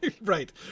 Right